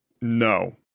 no